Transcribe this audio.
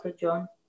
John